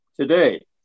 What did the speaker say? Today